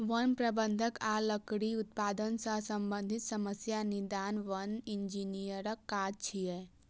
वन प्रबंधन आ लकड़ी उत्पादन सं संबंधित समस्याक निदान वन इंजीनियरक काज छियै